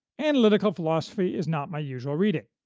analytical philosophy is not my usual reading.